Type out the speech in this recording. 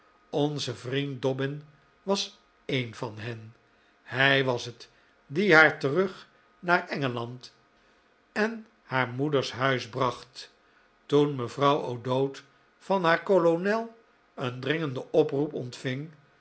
onze vriend dobbin was een van hen hij was het die haar terug naar engeland en haar moeders huis bracht toen mevrouw o'dowd van haar kolonel een dringenden oproep ontving